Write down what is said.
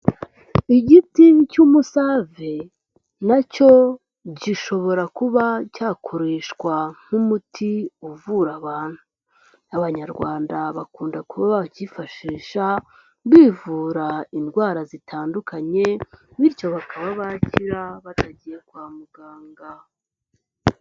Igiti cy'umusave na cyo gishobora kuba cyakoreshwa nk'umuti uvura abantu. Abanyarwanda bakunda kuba bakifashisha bivura indwara zitandukanye. Bityo bakaba bakira batagiye kwa muganga.